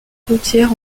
routière